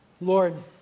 Lord